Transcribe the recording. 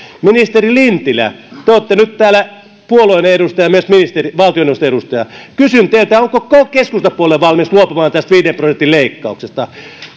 ministeri lintilä te olette nyt täällä puolueenne edustaja mutta myös valtioneuvoston edustaja kysyn teiltä onko onko keskustapuolue valmis luopumaan tästä viiden prosentin leikkauksesta